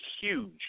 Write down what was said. huge